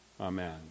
Amen